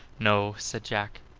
no, said jack,